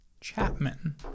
Chapman